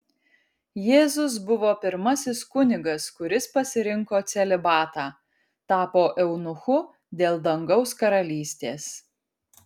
jėzus buvo pirmasis kunigas kuris pasirinko celibatą tapo eunuchu dėl dangaus karalystės